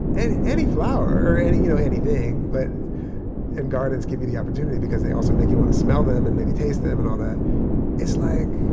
any any flower or any you know thing but and gardens give you the opportunity, because they also make you want to smell them and maybe taste them and all that it's like,